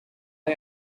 the